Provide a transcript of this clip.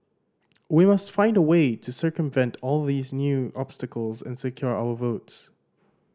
we must find a way to circumvent all these new obstacles and secure our votes